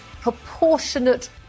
proportionate